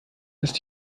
ist